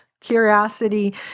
curiosity